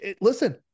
Listen